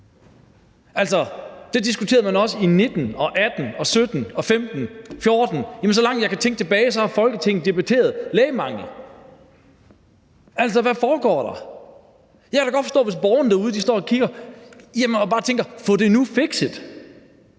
det diskuterede man også i 2019 og 2018, 2017, 2015 og 2014; jamen så langt, jeg kan tænke tilbage, har Folketinget debatteret lægemangel. Altså, hvad foregår der? Jeg kan da godt forstå, hvis borgerne derude står og kigger og bare tænker: Få det nu fikset!